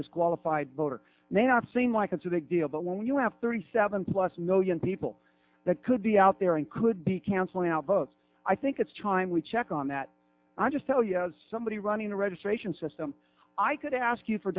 disqualified voter may not seem like it's a big deal but when you have thirty seven plus million people that could be out there and could be canceling out votes i think it's time we check on that i'll just tell you as somebody running the registration system i could ask you for